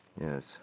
Yes